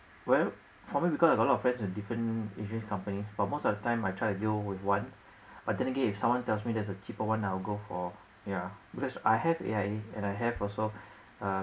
well for me because I got lot of friends in different insurance companies but most of the time I try to deal with one but then again if someone tells me there's a cheaper I will go for yeah because I have A_I_A and I have uh